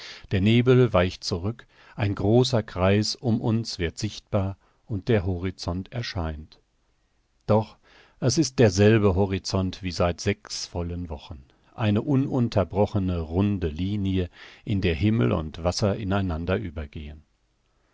der nebel weicht zurück ein großer kreis um uns wird sichtbar und der horizont erscheint doch es ist derselbe horizont wie seit sechs vollen wochen eine ununterbrochene runde linie in der himmel und wasser in einander übergehen